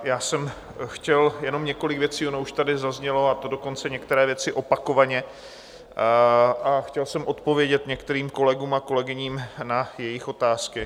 Já jsem chtěl jenom několik věcí už tady zaznělo a některé věci dokonce opakovaně chtěl jsem odpovědět některým kolegům a kolegyním na jejich otázky.